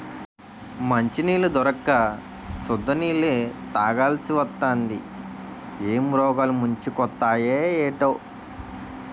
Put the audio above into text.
మంచినీళ్లు దొరక్క సుద్ద నీళ్ళే తాగాలిసివత్తాంది ఏం రోగాలు ముంచుకొత్తయే ఏటో